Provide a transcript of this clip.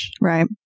Right